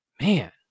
man